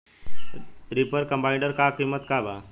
Reaper कम्बाइंडर का किमत बा?